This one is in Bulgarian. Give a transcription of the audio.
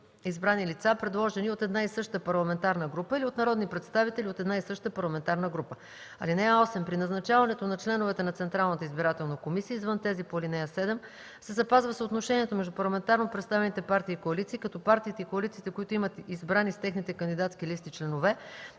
избрани лица, предложени от една и съща парламентарна група или от народни представители от една и съща парламентарна група. (8) При назначаването на членовете на Централната избирателна комисия, извън тези по ал. 7, се запазва съотношението между парламентарно представените партии и коалиции, като партиите и коалициите, които имат избрани с техните кандидатски листи членове